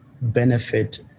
benefit